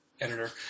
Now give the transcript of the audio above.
editor